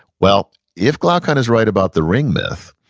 well, if glaucon is right about the ring myth,